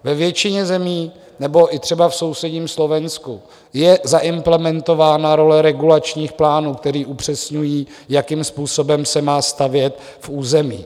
Ve většině zemí, nebo třeba i v sousedním Slovensku, je zaimplementována role regulačních plánů, které upřesňují, jakým způsobem se má stavět v území.